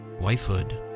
Wifehood